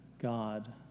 god